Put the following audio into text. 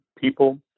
people